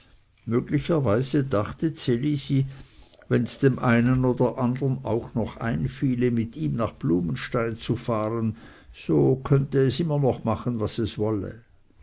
möglicherweise dachte ds elisi wenns dem einen oder andern auch noch einfiele mit ihm nach blumenstein zu fahren so könnte es immer noch machen was es wolle